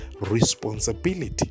Responsibility